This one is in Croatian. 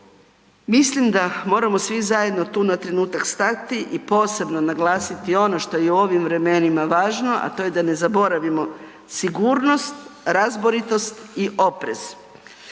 Mislim da moramo svi zajedno tu na trenutak stati i posebno naglasiti ono što je i u ovim vremenima važno, a to je da ne zaboravimo sigurnost, razboritost i oprez.